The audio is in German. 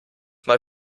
mal